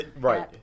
Right